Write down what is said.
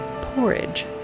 porridge